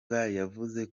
yavuze